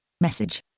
Message